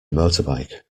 motorbike